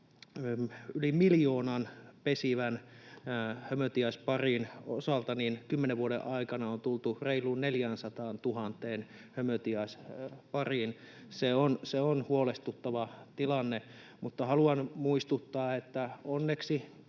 yli miljoonan pesivän hömötiaisparin osalta on tultu reiluun 400 000 hömötiaispariin. Se on huolestuttava tilanne. Mutta haluan muistuttaa, että onneksi